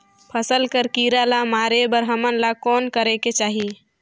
फसल कर कीरा ला मारे बर हमन ला कौन करेके चाही?